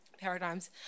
paradigms